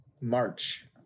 March